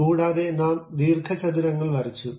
കൂടാതെ നാം ദീർഘചതുരങ്ങൾ വരച്ചു